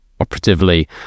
operatively